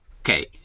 Okay